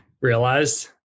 realized